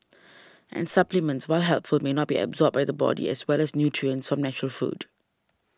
and supplements while helpful may not be absorbed by the body as well as nutrients from natural food